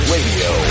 Radio